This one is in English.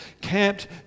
camped